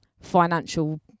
financial